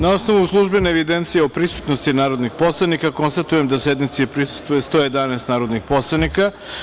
Na osnovu službene evidencije o prisutnosti narodnih poslanika, konstatujem da sednici prisustvuje 111 narodnih poslanika.